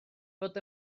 bod